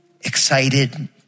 excited